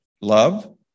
love